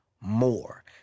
more